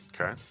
Okay